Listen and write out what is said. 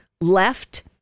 left